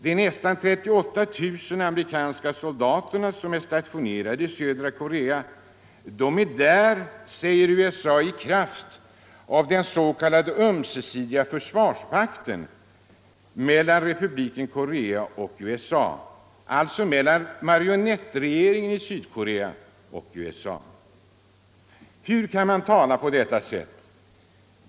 De nästan 38 000 amerikanska soldater som är stationerade i södra Korea är där, säger USA, i kraft av den s.k. ömsesidiga försvarspakten mellan Republiken Korea och USA, alltså mellan marionettregeringen i Sydkorea och USA. Hur kan USA tala på detta sätt?